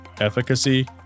Efficacy